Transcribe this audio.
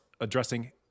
addressing